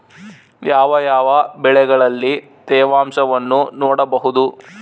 ಯಾವ ಯಾವ ಬೆಳೆಗಳಲ್ಲಿ ತೇವಾಂಶವನ್ನು ನೋಡಬಹುದು?